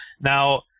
now